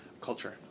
Culture